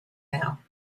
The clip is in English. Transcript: now